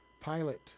pilot